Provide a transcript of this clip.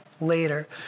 later